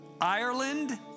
Ireland